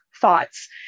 thoughts